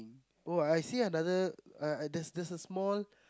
oh I see another uh there's there's a small